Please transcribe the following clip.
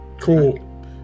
Cool